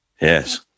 Yes